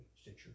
Stitcher